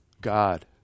God